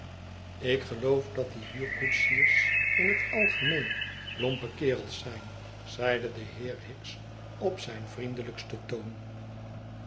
ik geloof dat die huurkoetsiers in het algemeen lompe kerels zijn zeide de heer hicks op zijn vriendelijksten toon